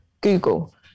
google